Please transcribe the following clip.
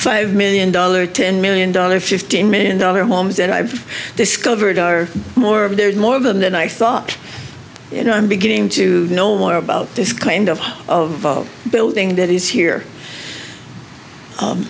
five million dollar ten million dollars fifteen million dollar homes that i've discovered are more there's more of them than i thought you know i'm beginning to know more about this kind of of building that is here